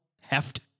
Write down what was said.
heft